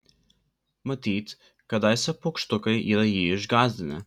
matyt kadaise paukštukai yra jį išgąsdinę